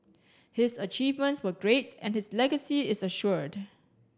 his achievements were great and his legacy is assured